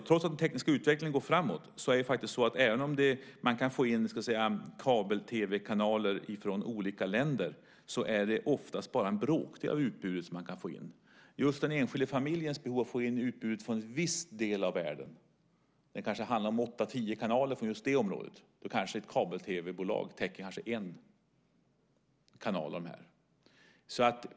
Trots att den tekniska utvecklingen går framåt och även om man kan få in kabel-tv-kanaler från olika länder, är det oftast bara en bråkdel av utbudet som man kan få in. Den enskilda familjen har ofta behov av att få in utbudet från en viss del av världen. Det kanske handlar om åtta-tio kanaler från just det området och ett kabel-tv-bolag kanske täcker en av kanalerna.